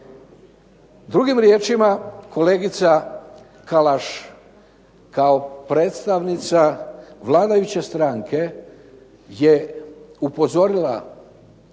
Drugim riječima kolegica Kalaš kao predstavnica vladajuće stranke je upozorila